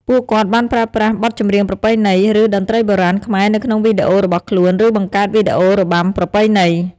ពួកគាត់បានប្រើប្រាស់បទចម្រៀងប្រពៃណី ឬតន្ត្រីបុរាណខ្មែរនៅក្នុងវីដេអូរបស់ខ្លួន ឬបង្កើតវីដេអូរបាំប្រពៃណី។